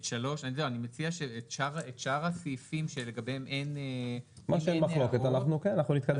את שאר הסעיפים שעליהם אין הערות --- על מה שאין מחלוקת נתקדם.